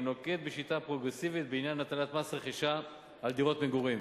נוקט שיטה פרוגרסיבית בעניין הטלת מס רכישה על דירות מגורים,